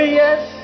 yes